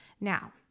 Now